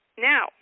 Now